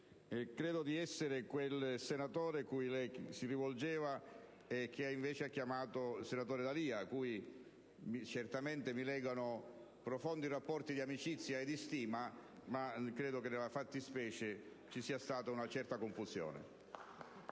credo di essere quel senatore cui lei si è rivolto e che invece ha chiamato senatore D'Alia, al quale certamente mi legano profondi rapporti di amicizia e di stima, ma ritengo che nella fattispecie vi sia stata una certa confusione.